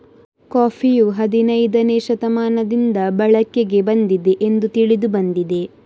ಕಾಫಿಯು ಹದಿನೈದನೇ ಶತಮಾನದಿಂದ ಬಳಕೆಗೆ ಬಂದಿದೆ ಎಂದು ತಿಳಿದು ಬಂದಿದೆ